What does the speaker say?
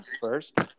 first